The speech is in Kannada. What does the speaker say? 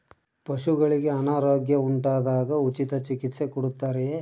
ಪಶುಗಳಿಗೆ ಅನಾರೋಗ್ಯ ಉಂಟಾದಾಗ ಉಚಿತ ಚಿಕಿತ್ಸೆ ಕೊಡುತ್ತಾರೆಯೇ?